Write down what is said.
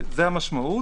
זו המשמעות.